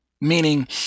Meaning